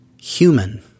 human